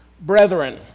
brethren